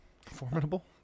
Formidable